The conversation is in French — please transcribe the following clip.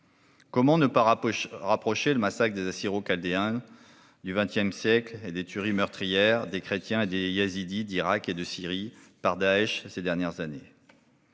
Comment ne pas rapprocher le massacre des Assyro-Chaldéens du XX siècle des tueries meurtrières des chrétiens et des yézidis d'Irak et de Syrie par Daech ces dernières années ?